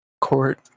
court